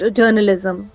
journalism